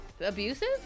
Abusive